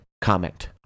comment